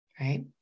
right